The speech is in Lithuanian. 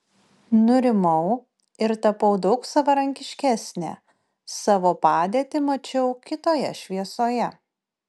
nurimau ir tapau daug savarankiškesnė savo padėtį mačiau kitoje šviesoje